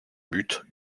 but